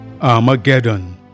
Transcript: Armageddon